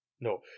No